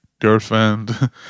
girlfriend